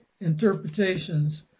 interpretations